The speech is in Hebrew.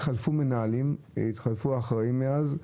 התחלפו מנהלים, התחלפו אחראים מאז,